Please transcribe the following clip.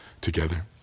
together